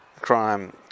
crime